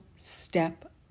step